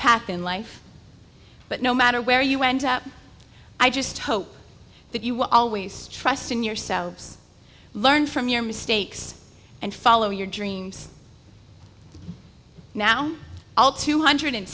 path in life but no matter where you end up i just hope that you will always trust in yourselves learn from your mistakes and follow your dreams now all two hundred